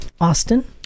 Austin